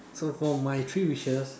so for my three wishes